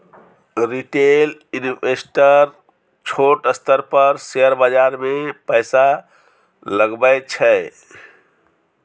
retail investor छोट स्तर पर शेयर बाजार मे पैसा लगबै छै